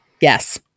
Yes